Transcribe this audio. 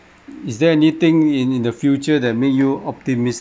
is there anything in in the future that made you optimistic